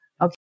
okay